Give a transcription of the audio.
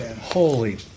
Holy